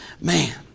Man